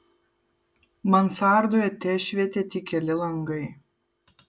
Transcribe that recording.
mansardoje tešvietė tik keli langai